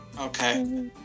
Okay